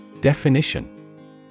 Definition